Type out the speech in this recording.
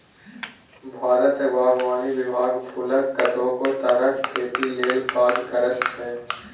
भारतक बागवानी विभाग फुलक कतेको तरहक खेती लेल काज करैत छै